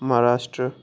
Maharashtra